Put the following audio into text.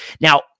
Now